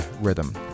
Rhythm